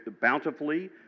bountifully